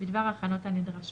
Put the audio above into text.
בדבר ההכנות הנדרשות.